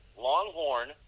Longhorn